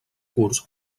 curs